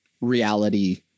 reality